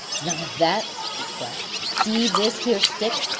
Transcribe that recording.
none of that, he cried. see this here stick?